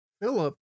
Philip